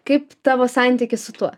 kaip tavo santykis su tuo